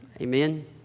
Amen